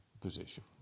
position